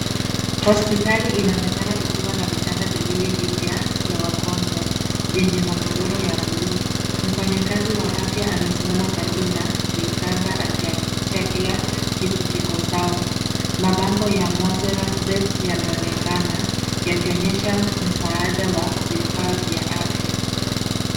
Hospitali inaonekana ikiwa na vitanda viwili vipya vya wagonjwa, vyenye magodoro ya buluu. Mfanyakazi wa afya amesimama karibu na vitanda akihakikisha kila kitu kiko sawa. Mabango ya Mozzart bet yameonekana yakionyesha msaada wa vifaa vya afya.